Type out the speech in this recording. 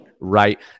right